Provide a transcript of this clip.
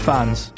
Fans